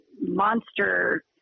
monster